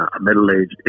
middle-aged